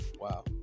Wow